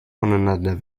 voneinander